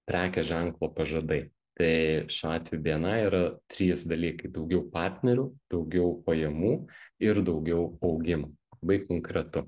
prekės ženklo pažadai tai šiuo atveju bni yra trys dalykai daugiau partnerių daugiau pajamų ir daugiau augimo labai konkretu